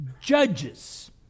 judges